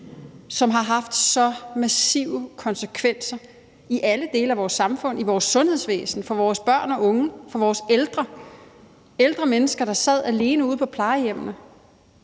som har haft så massive konsekvenser i alle dele af vores samfund: i vores sundhedsvæsen, for vores børn og unge og for vores ældre; der var ældre mennesker, der sad alene ude på plejehjemmene.